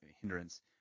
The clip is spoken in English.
hindrance